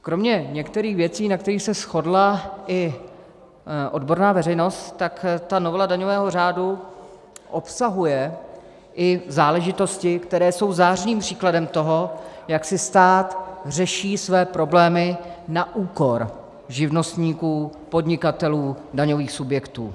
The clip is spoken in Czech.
Kromě některých věcí, na kterých se shodla i odborná veřejnost, tak ta novela daňového řádu obsahuje i záležitosti, které jsou zářným příkladem toho, jak si stát řeší své problémy na úkor živnostníků, podnikatelů, daňových subjektů.